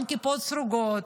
גם כיפות סרוגות,